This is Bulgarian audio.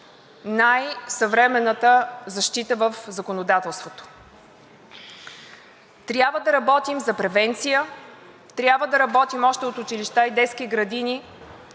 най-съвременната защита в законодателството. Трябва да работим за превенция. Трябва да работим още от училища и детски градини